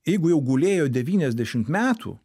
jeigu jau gulėjo devyniasdešimt metų